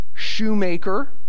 shoemaker